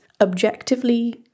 objectively